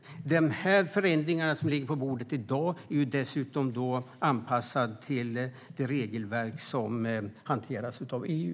De förändringar som ligger på bordet i dag är dessutom anpassade till det regelverk som hanteras av EU.